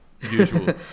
usual